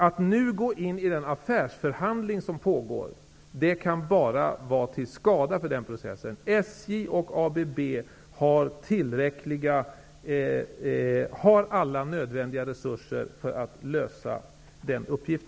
Att nu gå in i den affärsförhandling som pågår kan bara skada den processen. SJ och ABB har alla nödvändiga resurser för att klara denna uppgift.